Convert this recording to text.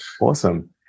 Awesome